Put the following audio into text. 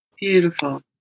Beautiful